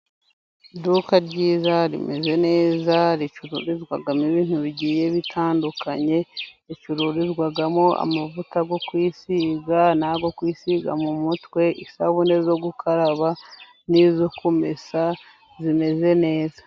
Iduka ryiza rimeze neza, ricururizwamo ibintu bigiye bitandukanye: Ricururizwamo amavuta yo kwisiga n'ayo kwisiga mu mutwe, isabune zo gukaraba n'izo kumesa zimeze neza.